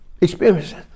experiences